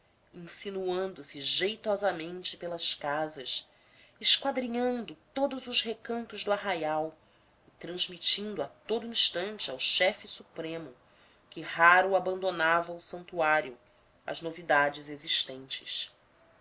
insinuando se jeitosamente pelas casas esquadrinhando todos os recantos do arraial e transmitindo a todo instante ao chefe supremo que raro abandonava o santuário as novidades existentes